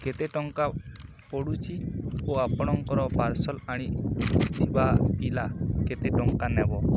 କେତେ ଟଙ୍କା ପଡ଼ୁଛିି ଓ ଆପଣଙ୍କର ପାର୍ସଲ ଆଣିଥିବା ପିଲା କେତେ ଟଙ୍କା ନେବ